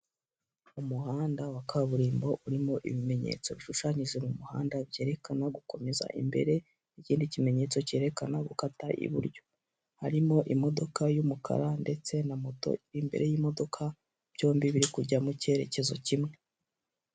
Umuhanda wa kaburimbo urimo ibimenyetso bishushanyije mu muhanda byerekana gukomeza imbere, ikindi kimenyetso cyerekana gukata iburyo, harimo imodoka y'umukara ndetse na moto imbere y'imodoka, byombi biri kujya mu cyerekezo kimwe.